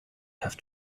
have